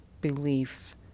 belief